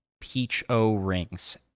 peach-o-rings